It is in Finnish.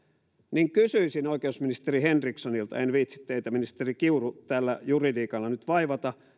niin kysyisin oikeusministeri henrikssonilta en viitsi teitä ministeri kiuru tällä juridiikalla nyt vaivata